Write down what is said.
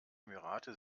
emirate